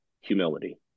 humility